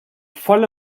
voll